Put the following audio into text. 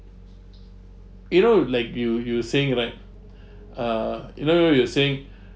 you know like you you saying right uh you know you you're saying